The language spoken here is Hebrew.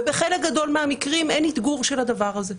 ובחלק גדול מהמקרים אין אתגור של הדבר הזה.